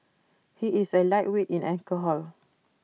he is A lightweight in alcohol